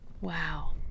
Wow